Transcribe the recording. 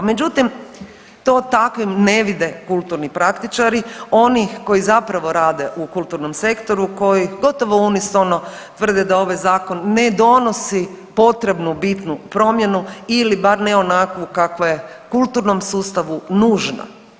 Međutim, to takvim ne vide kulturni praktičari, oni koji zapravo rade u kulturnom sektoru koji gotovo unisono tvrde da ovaj Zakon ne donosi potrebnu bitnu promjenu ili bar ne onakvu kakva je kulturnom sustavu nužna.